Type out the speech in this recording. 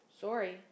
Sorry